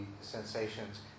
sensations